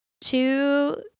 two